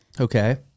Okay